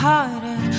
Harder